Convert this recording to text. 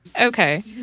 okay